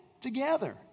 together